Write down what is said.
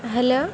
hello